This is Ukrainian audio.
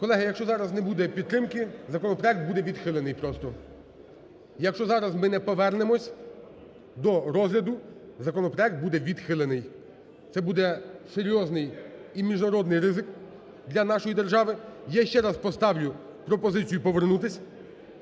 Колеги, якщо зараз не буде підтримки, законопроект буде відхилений просто. Якщо зараз ми не повернемося до розгляду, законопроект буде відхилений. Це буде серйозний і міжнародний ризик для нашої держави. Я ще раз поставлю пропозицію повернутись.